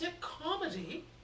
comedy